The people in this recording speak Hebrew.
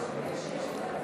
הכנסת,